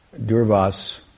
Durvas